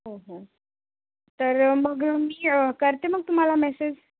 हो हो तर मग मी करते मग तुम्हाला मेसेस